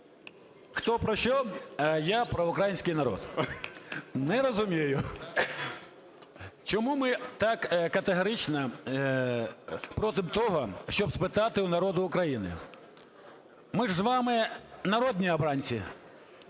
Хто про що, а я про український народ. Не розумію, чому ми так категорично проти того, щоб спитати у народу України, ми ж з вами – народні обранці.